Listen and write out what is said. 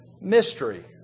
mystery